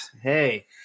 Hey